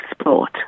Sport